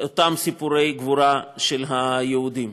אותם סיפורי גבורה של היהודים.